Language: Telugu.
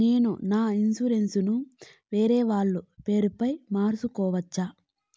నేను నా ఇన్సూరెన్సు ను వేరేవాళ్ల పేరుపై మార్సుకోవచ్చా?